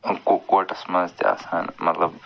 کوٹس منٛز تہِ آسان مطلب